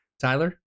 Tyler